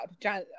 John